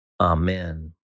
amen